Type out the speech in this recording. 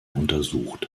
untersucht